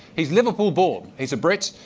he's liverpool-born. he's a brit.